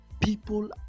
people